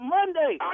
Monday